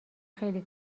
خیلی